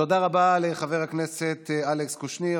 תודה רבה לחבר הכנסת אלכס קושניר.